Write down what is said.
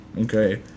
Okay